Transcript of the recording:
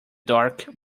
dark